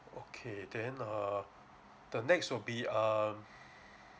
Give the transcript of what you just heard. okay then err the next will be um